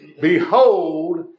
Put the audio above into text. behold